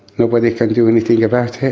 nobody can do anything about